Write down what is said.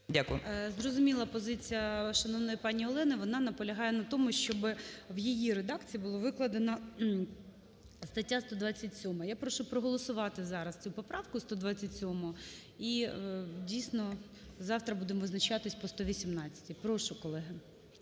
Зрозуміла позиція шановної пані Олени. Вона наполягає на тому, щоб в її редакції була викладена стаття 127. Я прошу проголосувати зараз цю поправку 127. І, дійсно, завтра будемо визначатися по 118-й. Прошу, колеги,